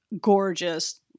gorgeous